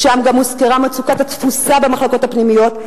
שם גם הוזכרה מצוקת התפוסה במחלקות הפנימיות,